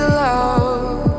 love